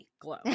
glow